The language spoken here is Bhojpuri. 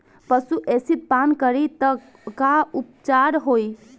पशु एसिड पान करी त का उपचार होई?